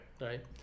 Right